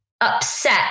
upset